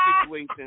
situation